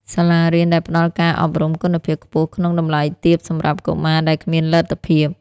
សាលារៀនដែលផ្តល់ការអប់រំគុណភាពខ្ពស់ក្នុងតម្លៃទាបសម្រាប់កុមារដែលគ្មានលទ្ធភាព។